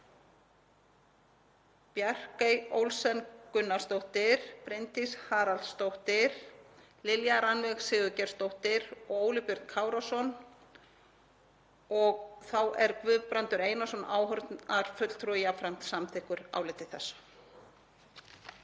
Bjarkey Olsen Gunnarsdóttir, Bryndís Haraldsdóttir, Lilja Rannveig Sigurgeirsdóttir og Óli Björn Kárason. Þá er Guðbrandur Einarsson áheyrnarfulltrúi jafnframt samþykkur áliti þessu.